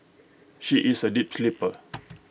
she is A deep sleeper